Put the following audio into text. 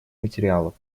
материалов